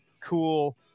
cool